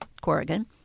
Corrigan